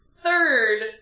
third